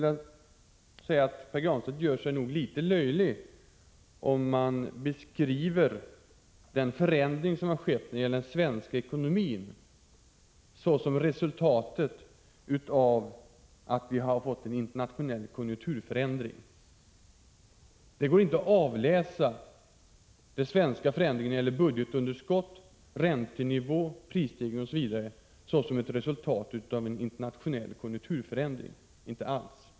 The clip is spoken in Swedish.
Jag påstår att Pär Granstedt gör sig litet löjlig när han beskriver den förändring som har skett i den svenska ekonomin som ett resultat av den internationella konjunkturförändringen. Det går inte att avläsa förändringen i det svenska budgetunderskottet, räntenivån, prisstegringarna osv. som ett resultat av en internationell konjunkturförändring.